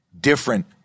different